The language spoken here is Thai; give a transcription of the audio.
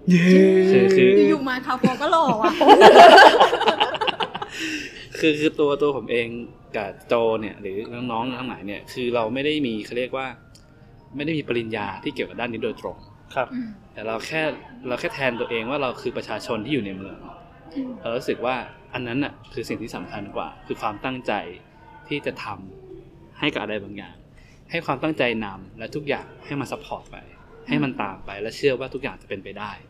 เย้คือ- คืออยู่มาคาปัวก็หล่อว่ะคือ- คือตัว- ตัวผมเองกับโจเนี่ยหรือน้องๆทั้งหลายเนี่ย คือเราไม่ได้มี เขาเรียกว่าไม่ได้มีปริญญาที่เกี่ยวกับด้านนี้โดยตรงครับอืมแต่เราแค่- เราแค่แทนตัวเองว่าเราคือประชาชนที่อยู่ในเมืองอืมเรารู้สึกว่าอันนั้นน่ะคือสิ่งที่สำคัญกว่า คือความตั้งใจที่จะทำให้กับอะไรบางอย่าง ให้ความตั้งใจนำ และทุกอย่างให้มัน support ไปให้มันอืมตามไป และเชื่อว่าทุกอย่างจะเป็นไปได้